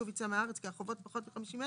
עיכוב יציאה מהארץ כי החובות פחות מ-50,000,